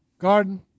garden